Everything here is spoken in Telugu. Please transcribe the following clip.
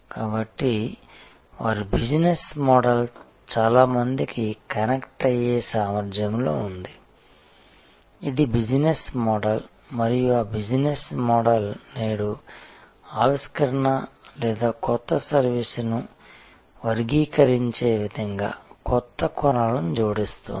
కాబట్టి వారి బిజినెస్ మోడల్ చాలా మందికి కనెక్ట్ అయ్యే సామర్ధ్యంలో ఉంది ఇది బిజినెస్ మోడల్ మరియు ఆ బిజినెస్ మోడల్ నేడు ఆవిష్కరణ లేదా కొత్త సర్వీస్ని వర్గీకరించే విధంగా కొత్త కోణాలను జోడిస్తోంది